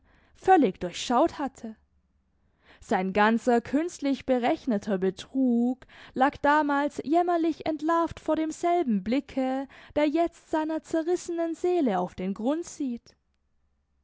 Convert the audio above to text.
völlig durchschaut hatte sein ganzer künstlich berechneter betrug lag damals jämmerlich entlarvt vor demselben blicke der jetzt seiner zerrissenen seele auf den grund sieht